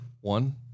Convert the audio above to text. One